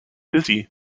dizzy